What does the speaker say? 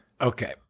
Okay